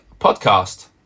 podcast